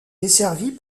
desservie